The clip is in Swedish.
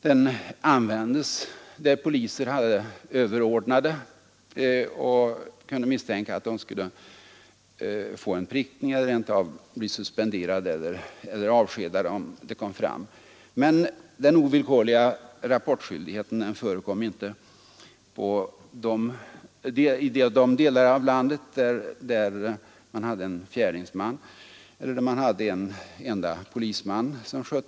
Den tillämpades på sådana platser där en polis hade överordnade och där han därför riskerade en prickning eller att bli suspenderad eller rent av avskedad, om han inte rapporterade ett brott. Men i de delar av landet där en fjärdingsman eller en enda polisman skötte ordningen blev det inte så många rapporter skrivna.